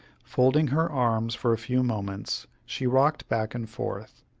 folding her arms for a few moments, she rocked back and forth,